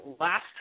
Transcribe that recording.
last